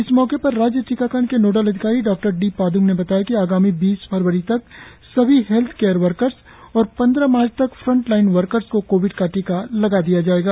इस मौके पर राज्य टीकाकरण के नोडल अधिकारी डॉ डी पादुंग ने बताया कि आगामी बीस फरवरी तक सभी हेल्थ केयर वर्कर्स और पंद्रह मार्च तक फ्रंटलाइन वर्कर्स को कोविड का टीका लगा दिया जाएगा